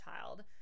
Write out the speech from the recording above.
child